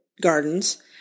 gardens